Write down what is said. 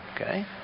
Okay